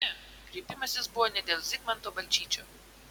ne kreipimasis buvo ne dėl zigmanto balčyčio